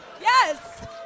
Yes